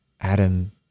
Adam